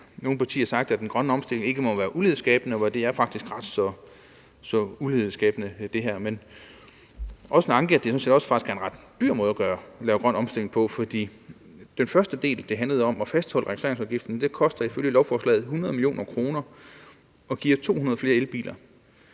nogle partier har sagt, at den grønne omstilling ikke må være ulighedsskabende, hvor det her faktisk er ret så ulighedsskabende. Men det er også en anke, at det faktisk er en ret dyr måde at lave grøn omstilling på, for den første del, der handlede om at fastholde registreringsafgiften, koster ifølge lovforslaget 100 mio. kr. og giver 200 flere elbiler.